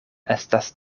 estas